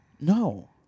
No